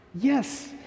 yes